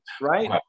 right